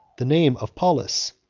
the name of paulus,